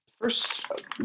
First